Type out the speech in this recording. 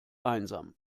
einsam